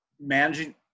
managing